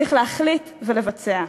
צריך להחליט ולבצע.